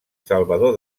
salvador